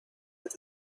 with